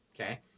Okay